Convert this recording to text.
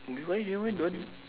why you why don't want